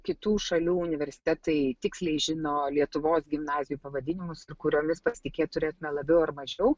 kitų šalių universitetai tiksliai žino lietuvos gimnazijų pavadinimus kuriomis pasitikėt turėtume labiau ar mažiau